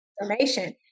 information